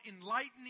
enlightening